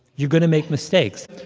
you're going to make mistakes.